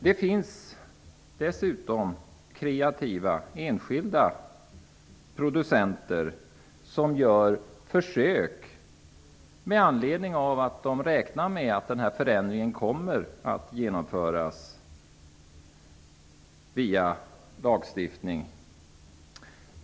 Det finns dessutom kreativa enskilda producenter som gör försök, eftersom de räknar med att denna förändring kommer att komma till stånd via en lagstiftning.